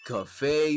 Cafe